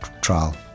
trial